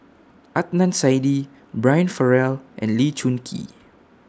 Adnan Saidi Brian Farrell and Lee Choon Kee